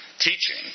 teaching